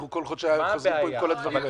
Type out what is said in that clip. שאנחנו כל חודשיים חוזרים כל הדברים האלה?